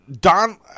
Don